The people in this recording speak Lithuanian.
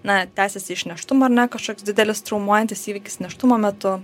na tęsiasi iš nėštumo ar ne kažkoks didelis traumuojantis įvykis nėštumo metu